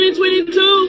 2022